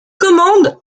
commande